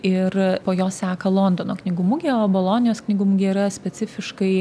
ir po jos seka londono knygų mugė o bolonijos knygų mugė yra specifiškai